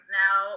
now